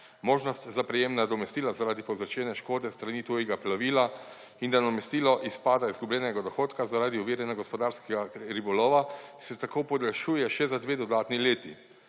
Možnost za prejem nadomestila zaradi povzročene škode s strani tujega plovila in nadomestila izpada izgubljenega dohodka zaradi oviranja gospodarskega ribolova se tako podaljšuje še za dve dodatni leti.